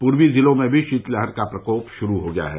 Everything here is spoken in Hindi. पूर्वी जिलों में भी शीतलहर का प्रकोप शुरू हो गया है